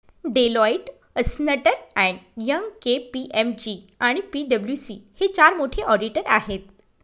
Deloitte, अस्न्टर and Young, KPMG आणि पी.डब्ल्यू.सी हे चार मोठे ऑडिटर आहेत